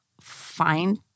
find